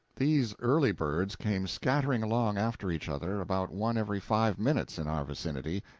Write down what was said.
these early birds came scattering along after each other, about one every five minutes in our vicinity,